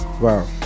Wow